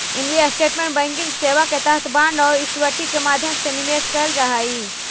investment banking सेवा के तहत बांड आउ इक्विटी के माध्यम से निवेश कैल जा हइ